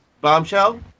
bombshell